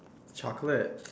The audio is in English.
chocolate